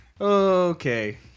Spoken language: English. okay